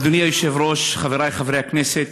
אדוני היושב-ראש, חברי הכנסת,